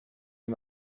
les